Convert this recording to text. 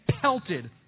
pelted